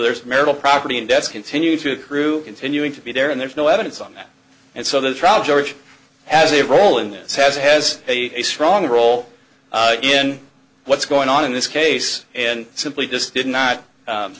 there's marital property and debts continue to accrue continuing to be there and there's no evidence on that and so the trial judge has a role in this has has a strong role in what's going on in this case and simply just did not